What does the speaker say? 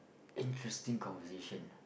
interesting conversation